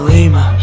Lima